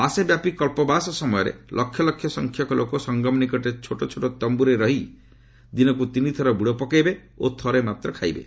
ମାସେ ବ୍ୟାପି କଳ୍ପବାସ ସମୟରେ ଲକ୍ଷ ଲକ୍ଷ ସଂଖ୍ୟକ ଲୋକ ସଙ୍ଗମ ନିକଟରେ ଛୋଟ ଛୋଟ ତମ୍ଭୁରେ ରହିବେ ଏବଂ ଦିନକୁ ତିନି ଥର ବୁଡ଼ ପକାଇବେ ଓ ଥରେ ମାତ୍ର ଖାଇବେ